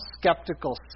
skeptical